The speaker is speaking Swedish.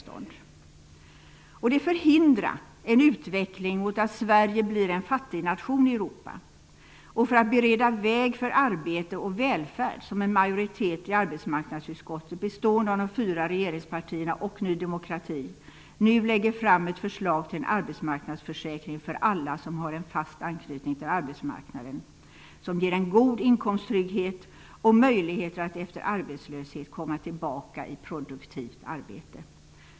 Det är för att förhindra en utveckling mot att Sverige blir en fattignation i Europa och för att bereda väg för arbete och välfärd som en majoritet i arbetsmarknadsutskottet, bestående av de fyra regeringspartierna och Ny demokrati, nu lägger fram ett förslag till en arbetsmarknadsförsäkring för alla som har en fast anknytning till arbetsmarknaden och som ger en god inkomsttrygghet och möjligheter att efter arbetslöshet komma tillbaka i produktivt arbete.